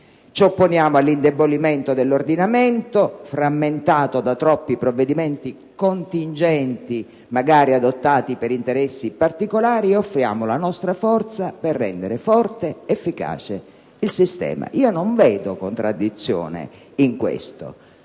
Ci opponiamo all'indebolimento dell'ordinamento, frammentato da troppi provvedimenti contingenti (magari adottati per interessi particolari) e offriamo la nostra forza per rendere forte ed efficace il sistema. Io non vedo contraddizione in questo.